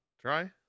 try